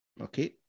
okay